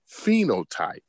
phenotype